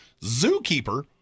zookeeper